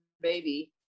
baby